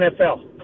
NFL